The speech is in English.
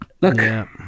look